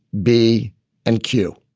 b and q